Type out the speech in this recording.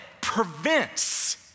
prevents